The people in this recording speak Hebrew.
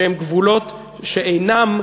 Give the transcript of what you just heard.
שהם גבולות שאינם בני-הגנה.